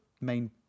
main